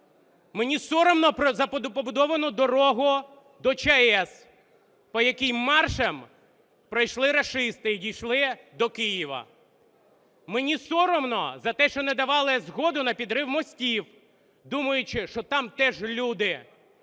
мені соромно за побудовану дорогу до ЧАЕС, по якій маршем пройшли рашисти і дійшли до Києва. Мені соромно за те, що не давали згоду на підрив мостів, думаючи, що там теж люди,